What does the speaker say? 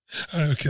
Okay